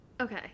Okay